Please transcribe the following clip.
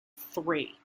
three